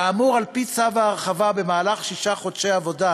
כאמור, על-פי צו ההרחבה, במהלך שישה חודשי עבודה